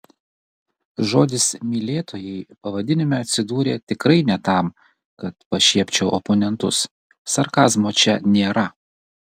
žodis mylėtojai pavadinime atsidūrė tikrai ne tam kad pašiepčiau oponentus sarkazmo čia nėra